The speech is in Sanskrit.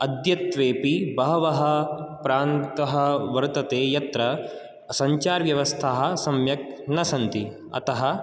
अद्यत्वेऽपि बहवः प्रान्तः वर्तते यत्र सञ्चारव्यवस्थाः सम्यक् न सन्ति अतः तत्र